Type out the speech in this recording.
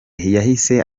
yahise